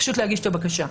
להגיש את הבקשה.